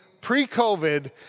pre-COVID